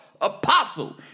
apostle